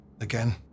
again